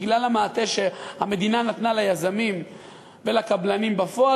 בגלל המעטה שהמדינה נתנה ליזמים ולקבלנים בפועל,